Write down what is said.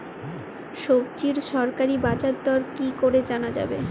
সবজির সরকারি বাজার দর কি করে জানা যাবে?